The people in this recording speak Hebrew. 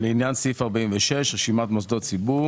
לעניין סעיף 46, רשימת מוסדות ציבור